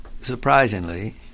surprisingly